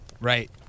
Right